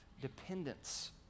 dependence